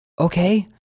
okay